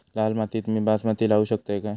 लाल मातीत मी बासमती लावू शकतय काय?